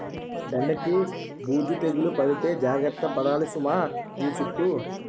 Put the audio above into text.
బెండకి బూజు తెగులు పడితే జాగర్త పడాలి సుమా ఈ సుట్టూ